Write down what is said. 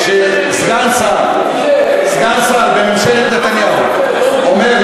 כאשר סגן שר בממשלת נתניהו אומר,